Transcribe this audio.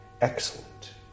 excellent